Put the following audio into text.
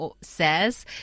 says